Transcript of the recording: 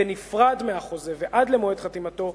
בנפרד מהחוזה ועד למועד חתימתו,